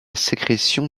sécrétion